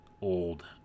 old